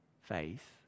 faith